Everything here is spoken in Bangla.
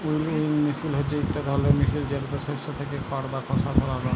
উইলউইং মিশিল হছে ইকট ধরলের মিশিল যেটতে শস্য থ্যাইকে খড় বা খসা সরাল হ্যয়